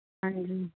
ਹਾਂਜੀ